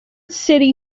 city